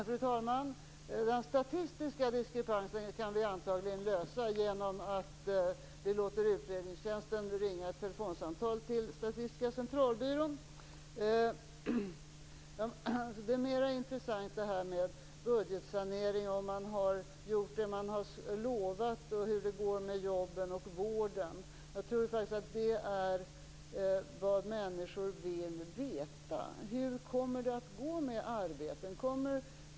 Fru talman! Den statistiska diskrepansen kan vi antagligen lösa genom att vi låter utredningstjänsten ringa ett telefonsamtal till Statistiska centralbyrån. Detta med budgetsanering är mera intressant, om man har gjort vad man har lovat och hur det går med jobben och vården. Det är vad människor vill veta. Hur kommer det att gå med arbete?